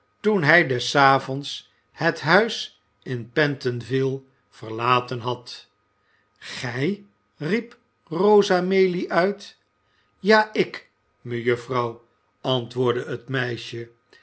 toen hij des avonds het huis in pentonville verlaten had gij riep rosa maylie uit ja ik mejuffrouw antwoordde het meisje